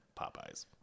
Popeyes